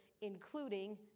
including